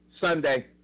Sunday